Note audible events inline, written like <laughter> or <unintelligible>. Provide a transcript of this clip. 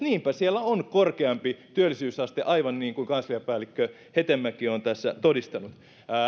<unintelligible> niinpä siellä on korkeampi työllisyysaste aivan niin kuin kansliapäällikkö hetemäki on tässä todistanut